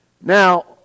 Now